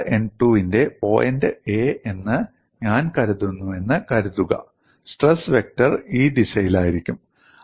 ഉപരിതല n2 ന്റെ point A എന്ന് ഞാൻ കരുതുന്നുവെന്ന് കരുതുക സ്ട്രെസ് വെക്റ്റർ ഈ ദിശയിലായിരിക്കും